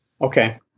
Okay